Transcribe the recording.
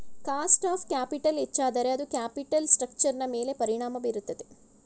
cost of capital ಹೆಚ್ಚಾದರೆ ಅದು capital ಸ್ಟ್ರಕ್ಚರ್ನ ಮೇಲೆ ಪರಿಣಾಮ ಬೀರುತ್ತದೆ